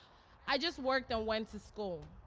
i just worked and went to school.